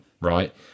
right